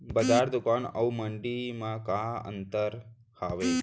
बजार, दुकान अऊ मंडी मा का अंतर हावे?